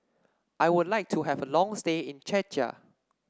I would like to have a long stay in Czechia